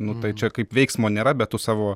nu tai čia kaip veiksmo nėra bet tu savo